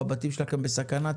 הבתים שלכם בסכנה,